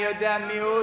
אני יודע מיהו,